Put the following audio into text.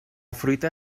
fruita